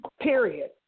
period